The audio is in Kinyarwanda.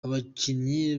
abakinnyi